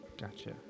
Gotcha